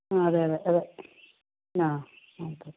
ആ അതെ അതെ അതെ ആ ആയിക്കോട്ടെ